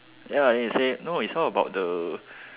ya then he say no it's all about the